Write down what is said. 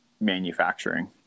manufacturing